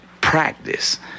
practice